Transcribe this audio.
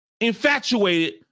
infatuated